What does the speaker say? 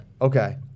Okay